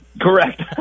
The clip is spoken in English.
Correct